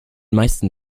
meisten